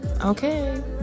Okay